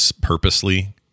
purposely